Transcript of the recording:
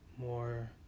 more